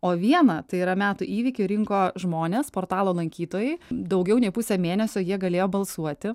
o vieną tai yra metų įvykį rinko žmonės portalo lankytojai daugiau nei pusę mėnesio jie galėjo balsuoti